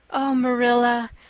oh, marilla,